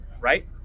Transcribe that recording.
right